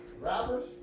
Rappers